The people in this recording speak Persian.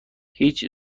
هیچ